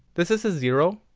this is a zero.